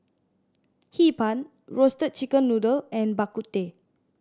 Hee Pan Roasted Chicken Noodle and Bak Kut Teh